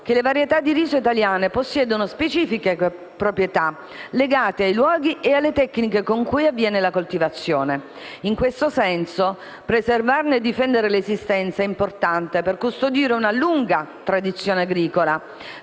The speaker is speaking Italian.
che le varietà di riso italiane possiedono specifiche proprietà, legate ai luoghi e alle tecniche con cui avviene la coltivazione. In questo senso, preservarne e difenderne l'esistenza è importante per custodire una lunga tradizione agricola,